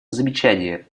замечания